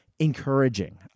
encouraging